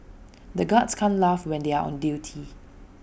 the guards can' T laugh when they are on duty